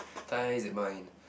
ties that mind